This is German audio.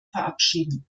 verabschieden